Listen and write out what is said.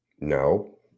No